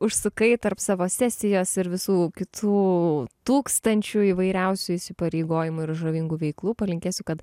užsukai tarp savo sesijos ir visų kitų tūkstančių įvairiausių įsipareigojimų ir žavingų veiklų palinkėsiu kad